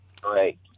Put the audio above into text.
Great